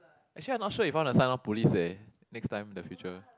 actually I not sure if I want to sign up police eh next time the future